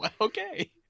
Okay